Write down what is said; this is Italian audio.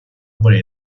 buona